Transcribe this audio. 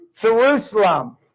Jerusalem